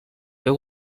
veu